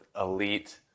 elite